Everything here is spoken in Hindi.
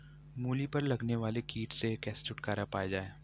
मूली पर लगने वाले कीट से कैसे छुटकारा पाया जाये?